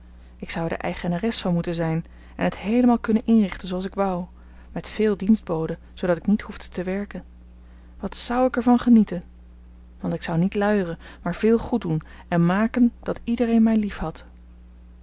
ik zou er de eigenares van moeten zijn en het heelemaal kunnen inrichten zooals ik wou met veel dienstboden zoodat ik niet hoefde te werken wat zou ik er van genieten want ik zou niet luieren maar veel goed doen en maken dat iedereen mij liefhad